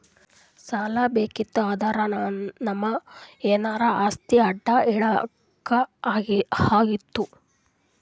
ಸಾಲಾ ಬೇಕಿತ್ತು ಅಂದುರ್ ನಮ್ದು ಎನಾರೇ ಆಸ್ತಿ ಅಡಾ ಇಡ್ಬೇಕ್ ಆತ್ತುದ್